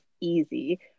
easy